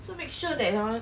so make sure that hor